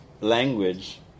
language